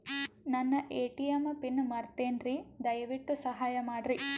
ನನ್ನ ATM pin ಮರೆತೇನ್ರೀ, ದಯವಿಟ್ಟು ಸಹಾಯ ಮಾಡ್ರಿ